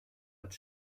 als